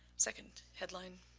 second headline,